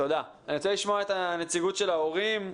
אני רוצה לשמוע את נציגות ההורים.